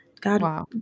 God